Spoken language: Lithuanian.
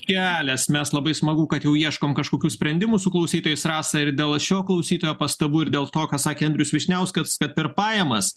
kelias mes labai smagu kad jau ieškom kažkokių sprendimų su klausytojais rasa ir dėl šio klausytojo pastabų ir dėl to ką sakė andrius vyšniauskas kad per pajamas